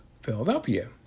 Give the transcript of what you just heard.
Philadelphia